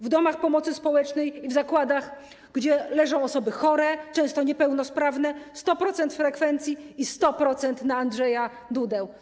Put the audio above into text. W domach pomocy społecznej i w zakładach, gdzie leżą osoby chore, często niepełnosprawne - 100% frekwencji i 100% na Andrzeja Dudę.